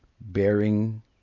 bearing